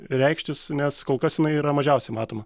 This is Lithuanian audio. reikštis nes kol kas jinai yra mažiausiai matoma